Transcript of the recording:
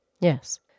Yes